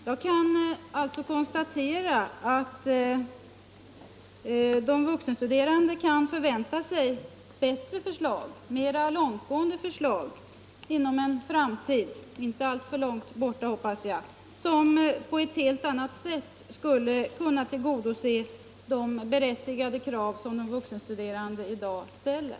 Jag kan alltså konstatera att de vuxenstuderande kan förvänta sig bättre och mer långtgående förslag inom en framtid — inte alltför långt borta, hoppas jag — och förslag som på ett helt annat sätt än nuvarande bestämmelser skulle kunna tillgodose de berättigade krav som de vuxenstuderande i dag ställer.